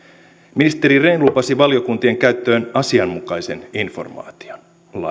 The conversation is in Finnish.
ministeri rehn lupasi valiokuntien käyttöön asianmukaisen informaation